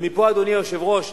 ומפה, אדוני היושב-ראש,